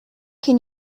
can